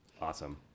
Awesome